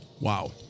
Wow